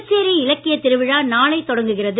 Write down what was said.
புதுச்சேரி இலக்கியத் திருவிழா நாளை தொடங்குகிறது